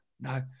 No